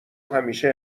همیشه